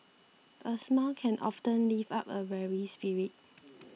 a smile can often lift up a weary spirit